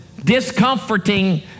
discomforting